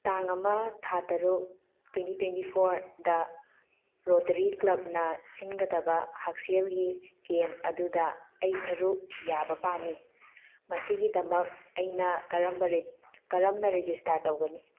ꯇꯥꯡ ꯑꯃ ꯊꯥ ꯇꯔꯨꯛ ꯇ꯭ꯋꯦꯟꯇꯤ ꯇ꯭ꯋꯦꯟꯇꯤ ꯐꯣꯔꯗ ꯔꯣꯇꯔꯤ ꯀ꯭ꯂꯕꯅ ꯁꯤꯟꯒꯗꯕ ꯍꯛꯁꯦꯜꯒꯤ ꯀꯦꯝ ꯑꯗꯨꯗ ꯑꯩ ꯁꯔꯨꯛ ꯌꯥꯕ ꯄꯥꯝꯃꯤ ꯃꯁꯤꯒꯤꯗꯃꯛ ꯑꯩꯅ ꯀꯔꯝꯅ ꯔꯦꯖꯤꯁꯇꯥꯔ ꯇꯧꯒꯅꯤ